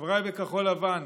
חבריי בכחול לבן,